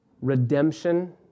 redemption